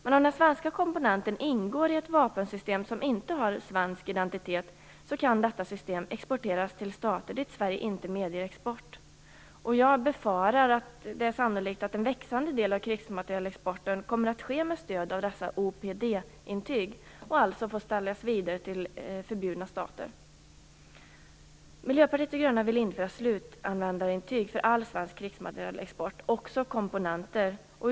Men om den svenska komponenten ingår i ett vapensystem som inte har svensk identitet kan detta system exporteras till stater som Sverige inte medger export till. Jag befarar att det är sannolikt att en växande del av krigsmaterielexporten kommer att ske med stöd av dessa OPD och alltså få säljas vidare till förbjudna stater. Miljöpartiet de gröna vill införa slutanvändarintyg för all svensk krigsmaterielexport, också komponenter.